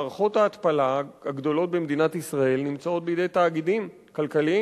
מערכות ההתפלה הגדולות במדינת ישראל נמצאות בידי תאגידים כלכליים.